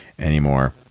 anymore